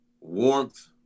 warmth